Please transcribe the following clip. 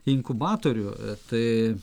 inkubatorių tai